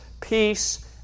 peace